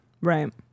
right